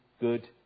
good